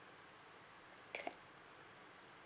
okay